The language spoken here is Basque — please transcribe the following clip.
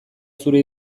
zure